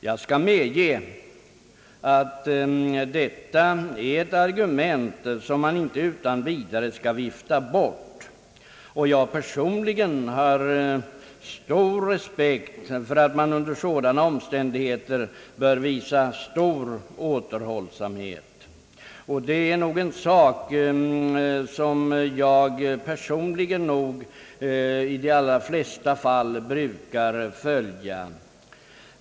Jag skall medge att detta är ett argument som inte utan vidare kan viftas bort, och jag har personligen stor respekt för att man under sådana omständigheter bör visa stor återhållsamhet, en princip som jag personligen i de allra flesta fall brukar följa.